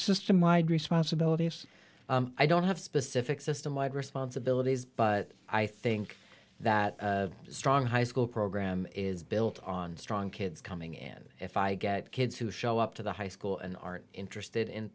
system wide responsibilities i don't have specific systemwide responsibilities but i think that a strong high school program is built on strong kids coming in if i get kids who show up to the high school and aren't interested in